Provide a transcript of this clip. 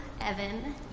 Evan